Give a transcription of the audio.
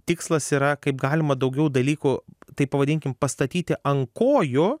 tikslas yra kaip galima daugiau dalykų taip pavadinkim pastatyti ant kojų